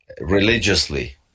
religiously